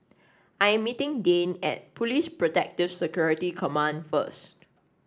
I am meeting Dayne at Police Protective Security Command first